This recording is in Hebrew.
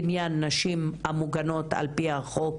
בעניין נשים המוגנות על פי החוק